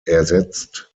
ersetzt